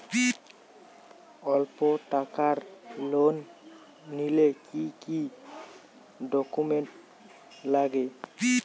অল্প টাকার লোন নিলে কি কি ডকুমেন্ট লাগে?